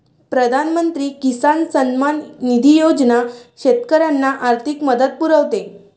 प्रधानमंत्री किसान सन्मान निधी योजना शेतकऱ्यांना आर्थिक मदत पुरवते